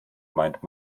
meint